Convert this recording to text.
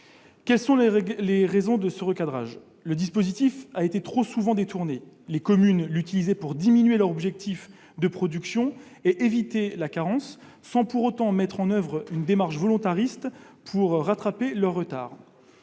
Quelles sont les raisons de ce recadrage ? Le dispositif a été trop souvent détourné : les communes l'utilisaient pour diminuer leur objectif de production et éviter la carence, sans pour autant mettre en oeuvre une démarche volontariste en vue de rattraper le retard.